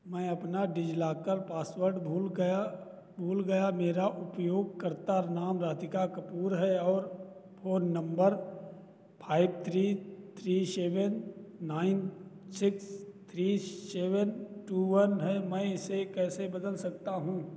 मैं अपना DigiLocker password भूल गया भूल गया मेरा उपयोगकर्ता नाम राधिका कपूर है और phone number five three three seven nine six three seven two one है मैं इसे कैसे बदल सकता हूँ